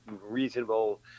reasonable